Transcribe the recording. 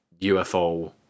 ufo